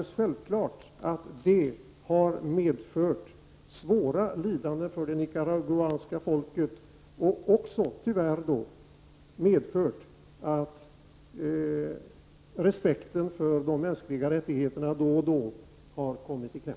Självklart medförde det svåra lidanden för det nicaraguanska folket och att respekten för de mänskliga rättigheterna tyvärr då och då kom i kläm.